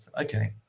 okay